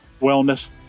wellness